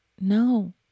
No